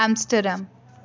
Amsterdam